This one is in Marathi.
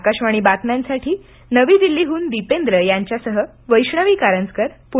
आकाशवाणीच्या बातम्यांसाठी नवी दिल्लीहून दिपेंद्र यांच्यासह वैष्णवी कारंजकर पुणे